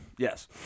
Yes